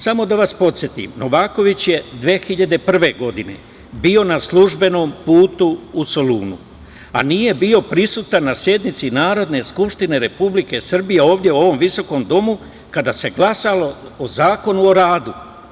Samo da vas podsetim, Novaković je 2001. godine bio na službenom putu u Solunu, a nije bio prisutan na sednici Narodne skupštine Republike Srbije, ovde u ovom visokom domu, kada se glasalo o Zakonu o radu.